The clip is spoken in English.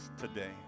today